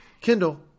kindle